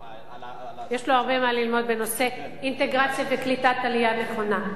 יש לו הרבה מה ללמוד בנושא אינטגרציה וקליטת עלייה נכונה.